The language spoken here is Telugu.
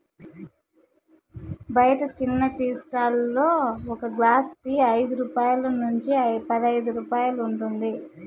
బయట చిన్న టీ స్టాల్ లలో ఒక గ్లాస్ టీ ఐదు రూపాయల నుంచి పదైదు రూపాయలు ఉంటుంది